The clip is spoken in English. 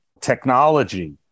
technology